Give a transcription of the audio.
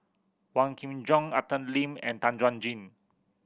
Wong Kin Jong Arthur Lim and Tan Chuan Jin